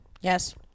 Yes